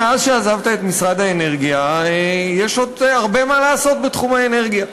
מאז עזבת את משרד האנרגיה יש עוד הרבה מה לעשות בתחום האנרגיה.